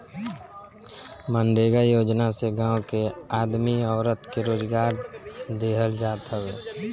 मनरेगा योजना से गांव के आदमी औरत के रोजगार देहल जात हवे